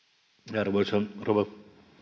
arvoisa rouva